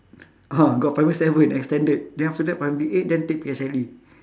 ah got primary seven extended then after that primary eight then take P_S_L_E